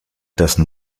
dessen